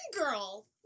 Girl